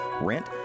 rent